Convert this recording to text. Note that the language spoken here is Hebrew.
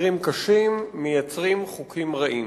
מקרים קשים מייצרים חוקים רעים.